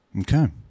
Okay